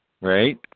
right